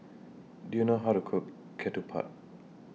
Do YOU know How to Cook Ketupat